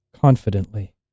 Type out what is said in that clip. Confidently